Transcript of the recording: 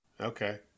okay